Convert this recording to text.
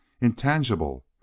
intangible